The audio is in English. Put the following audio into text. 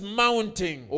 mounting